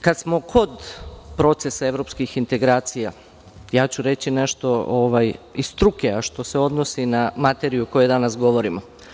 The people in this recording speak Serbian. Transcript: Kada smo kod procesa evropskih integracija, reći ću nešto iz struke, a što se odnosi na materiju o kojoj danas govorimo.